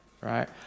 Right